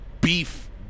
beef